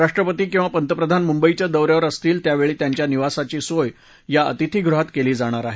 राष्ट्रपती किंवा प्रधानमंत्री मुंबईच्या दौऱ्यावर असतील त्यावेळी त्यांच्या निवासाची सोय या अतिथीगृहात केली जाणार आहे